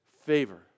favor